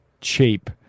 cheap